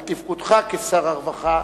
על תפקודך כשר הרווחה,